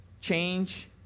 change